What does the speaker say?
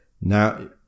now